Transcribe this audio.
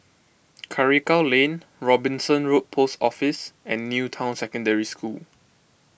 Karikal Lane Robinson Road Post Office and New Town Secondary School